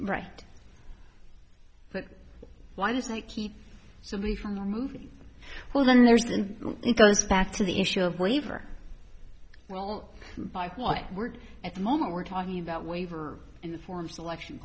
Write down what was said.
but why does they keep somebody from their moving well then there's then it goes back to the issue of waiver well by why we're here at the moment we're talking about waiver in the form selection